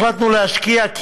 החלטנו להשקיע,